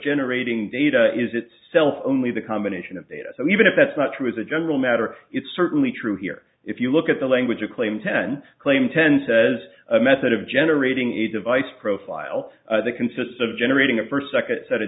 generating data is itself only the combination of data so even if that's not true as a general matter it's certainly true here if you look at the language you claim ten claim ten says a method of generating a device profile consists of generating a per second set